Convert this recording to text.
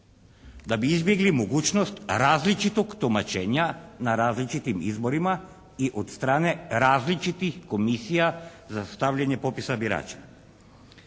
da bi izbjegli mogućnost različitog tumačenja na različitim izborima i od strane različitih komisija za sastavljanje popisa birača?